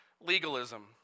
legalism